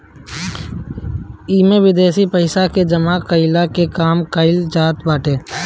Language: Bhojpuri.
इमे विदेशी पइसा के जमा कईला के काम कईल जात बाटे